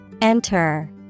Enter